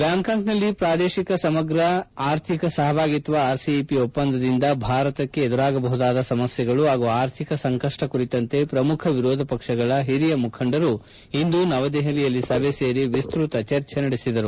ಬ್ಡಾಂಕಾಕ್ನಲ್ಲಿ ಪ್ರಾದೇಶಿಕ ಸಮಗ್ರ ಅರ್ಥಿಕ ಸಹಭಾಗಿತ್ವ ಆರ್ಸಿಇಪಿ ಒಪ್ಪಂದದಿಂದ ಭಾರತಕ್ಕೆ ಎದುರಾಗಬಹುದಾದ ಸಮಸ್ಕೆಗಳು ಪಾಗೂ ಆರ್ಥಿಕ ಸಂಕಷ್ಟ ಕುರಿತಂತೆ ಪ್ರಮುಖ ವಿರೋಧ ಪಕ್ಷಗಳ ಹಿರಿಯ ಮುಖಂಡರು ಇಂದು ನವದೆಪಲಿಯಲ್ಲಿ ಸಭೆ ಸೇರಿ ವಿಸ್ತೃತ ಚರ್ಚೆ ನಡೆಸಿದರು